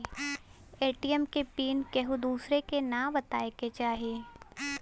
ATM के pin केहू दुसरे के न बताए के चाही